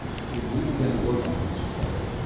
when we begin to work on this play,